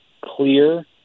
clear